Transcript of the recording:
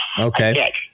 Okay